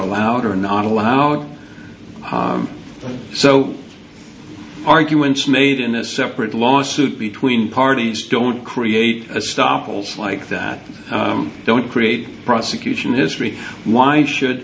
allowed or not allowed so arguments made in a separate lawsuit between parties don't create a stop alls like that don't create prosecution history why should